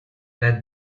that